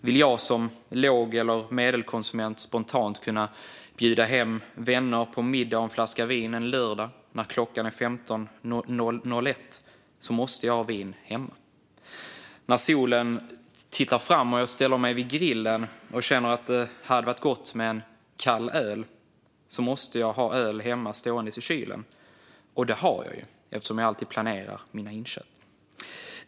Vill jag som låg eller medelkonsument spontant kunna bjuda hem vänner på middag och en flaska vin en lördag när klockan är 15.01 måste jag ha vin hemma. När solen tittar fram och jag ställer mig vid grillen och känner att det hade varit gott med en kall öl måste jag ha öl hemma stående i kylen - och det har jag ju, eftersom jag alltid planerar mina inköp.